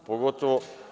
Pogotovo